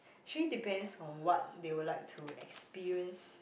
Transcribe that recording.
actually depends on what they would like to experience